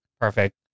perfect